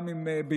גם אם באיחור,